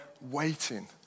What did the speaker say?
waiting